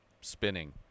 spinning